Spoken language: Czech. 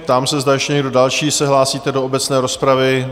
Ptám se, zda ještě někdo další se hlásíte do obecné rozpravy?